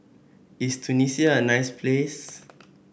is Tunisia a nice place